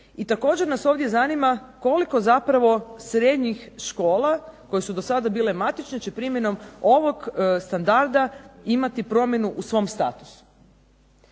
I također nas ovdje zanima koliko zapravo srednjih škola koje su sada bile matične će primjenom ovog standarda imati promjenu u tom statusu.